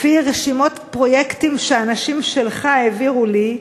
לפי רשימות פרויקטים שאנשים שלך העבירו לי,